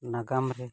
ᱱᱟᱜᱟᱢ ᱨᱮ